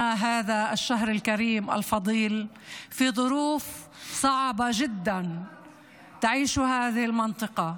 אנחנו בפתחו של החודש המבורך הזה בנסיבות קשות מאוד באזור הזה.